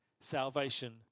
salvation